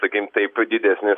sakykim taip didesnis